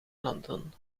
landen